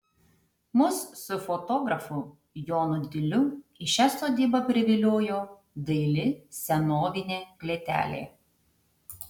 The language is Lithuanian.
mus su fotografu jonu diliu į šią sodybą priviliojo daili senovinė klėtelė